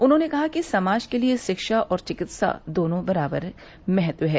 उन्होंने कहा कि समाज के लिए शिक्षा और चिकित्सा दोनों का बराबर महत्व है